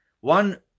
one